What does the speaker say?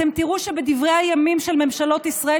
אתם תראו שבדברי הימים של ממשלות ישראל